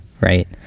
Right